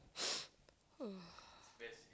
mm